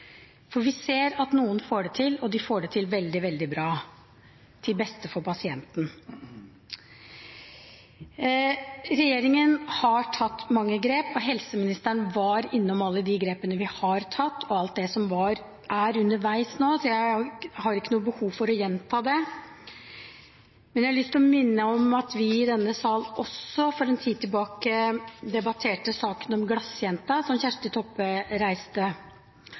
for vi ser at noen får det til, og de får det til veldig, veldig bra, til beste for pasienten. Regjeringen har tatt mange grep. Helseministeren var innom alle de grepene vi har tatt, og alt det som er underveis nå, så jeg har ikke noe behov for å gjenta det. Men jeg har lyst til å minne om at vi i denne sal for en tid siden også debatterte saken om «glassjenta», som Kjersti Toppe reiste,